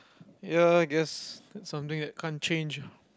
ya I guess that's something that can't change ah